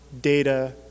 data